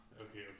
Okay